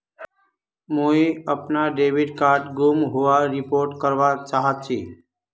मुई अपना debit card गूम होबार रिपोर्ट करवा चहची